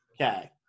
okay